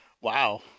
Wow